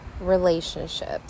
relationships